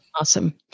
Awesome